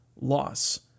loss